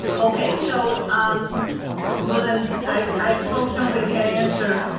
okay, so um well then, i suppose nobody can answer,